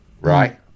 Right